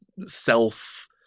self